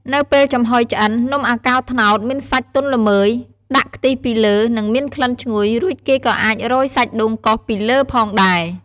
នៅពេលចំហុយឆ្អិន នំអាកោត្នោតមានសាច់ទន់ល្មើយ ដាក់ខ្ទិះពីលើ និងមានក្លិនឈ្ងុយ រួចគេក៏អាចរោយសាច់ដូងកោសពីលើផងដែរ។